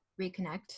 reconnect